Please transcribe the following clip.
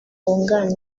wunganira